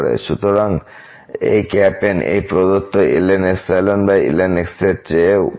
সুতরাং N এই প্রদত্ত ln ln x চেয়েও বড়